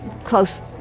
close